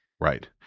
Right